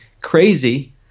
crazy